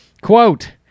Quote